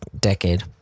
decade